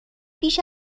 بیش